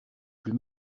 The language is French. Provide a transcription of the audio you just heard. plus